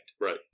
Right